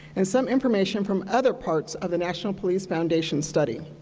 and some information from other parts of the national police foundation study.